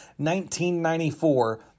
1994